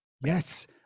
Yes